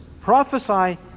prophesy